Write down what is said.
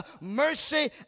mercy